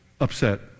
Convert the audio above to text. Upset